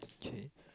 okay